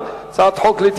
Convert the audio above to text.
הצעת חוק פ/2247,